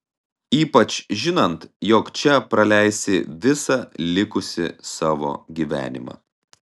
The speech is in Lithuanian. ypač žinant jog čia praleisi visą likusį savo gyvenimą